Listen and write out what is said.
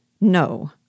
No